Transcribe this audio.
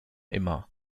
immer